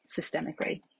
systemically